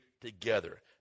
together